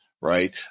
right